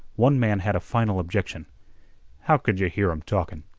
one man had a final objection how could yeh hear em talkin?